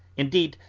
indeed,